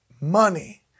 money